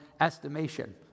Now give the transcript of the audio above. estimation